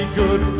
good